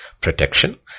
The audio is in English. Protection